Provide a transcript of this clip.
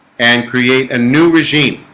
and create a new regime